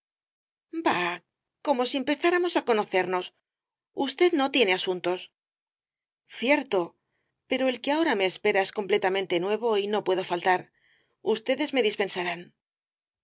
como si empezáramos á conocernos usted no tiene asuntos cierto pero el que ahora me espera es completamente nuevo y no puedo faltar ustedes me dispensarán